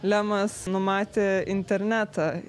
lemas numatė internetą